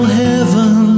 heaven